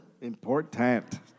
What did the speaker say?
Important